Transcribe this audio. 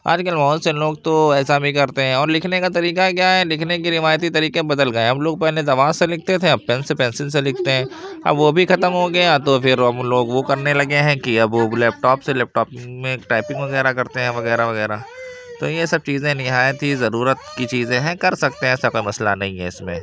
آج کل بہت سے لوگ تو ایسا بھی کرتے ہیں اور لکھنے کا طریقہ کیا ہے لکھنے کے روایتی طریقے اب بدل گئے ہیں اب لوگ پہلے دوات سے لکھتے تھے اب پین سے پنسل سے لکھتے ہیں اب وہ بھی ختم ہو گیا تو پھر اب ان لوگ وہ کرنے لگے ہیں کہ اب وہ لیپ ٹاپ سے لیپ ٹاپ میں ٹائپنگ وغیرہ کرتے ہیں وغیرہ وغیرہ تو یہ سب چیزیں نہایت ہی ضرورت کی چیزیں ہیں کر سکتے ہیں ایسا کوئی مسئلہ نہیں ہے اس میں